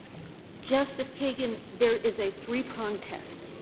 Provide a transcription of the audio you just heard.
justice kagan, there is a three-prong test.